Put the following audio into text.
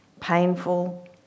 painful